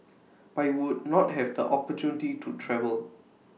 but would not have the opportunity to travel